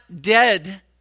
dead